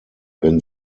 wenn